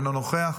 אינו נוכח,